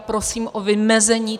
Prosím o vymezení.